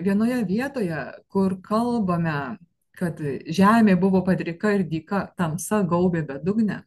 vienoje vietoje kur kalbame kad žemė buvo padrika ir dyka tamsa gaubė bedugnę